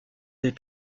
des